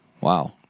Wow